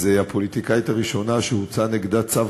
אז הפוליטיקאית הראשונה שהוצא נגדה צו